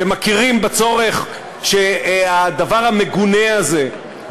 שמכירים בצורך שהדבר המגונה הזה,